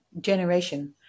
generation